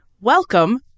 Welcome